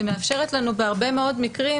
ומאפשרת לנו בהרבה מאוד מקרים,